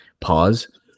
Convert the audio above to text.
pause